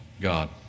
God